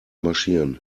marschieren